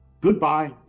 goodbye